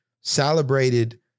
celebrated